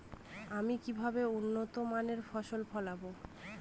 আমি কিভাবে উন্নত মানের ফসল ফলাবো?